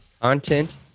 Content